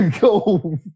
go